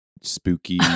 spooky